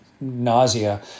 Nausea